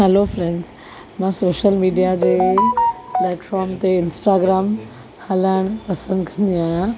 हलो friends मां social media जे प्लेटफ़ॉम ते इंस्टाग्राम हलाइण पसंदि कंदी आहियां